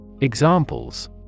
Examples